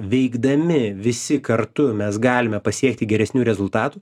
veikdami visi kartu mes galime pasiekti geresnių rezultatų